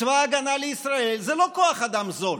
צבא ההגנה לישראל זה לא כוח אדם זול.